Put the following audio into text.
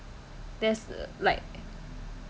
that's like